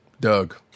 Doug